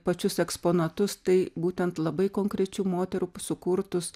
pačius eksponatus tai būtent labai konkrečių moterų sukurtus